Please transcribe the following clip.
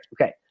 Okay